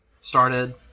started